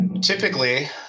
typically